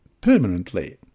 permanently